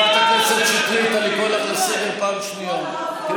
הכנסת שחאדה, אני קורא אותך לסדר פעם ראשונה.